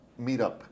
meetup